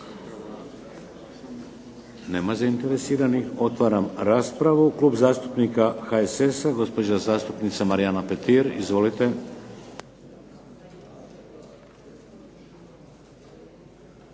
Nema zainteresiranih. Otvaram raspravu. Klub zastupnika HSS-a, gospođa zastupnica Marijana Petir. Izvolite.